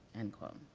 end quote.